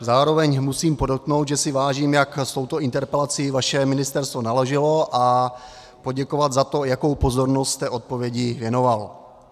Zároveň musím podotknout, že si vážím, jak s touto interpelací vaše ministerstvo naložilo, a poděkovat za to, jakou pozornost jste odpovědi věnoval.